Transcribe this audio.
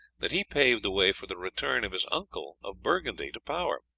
that he paved the way for the return of his uncle of burgundy to power.